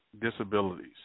disabilities